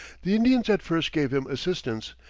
the indians at first gave him assistance,